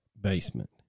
basement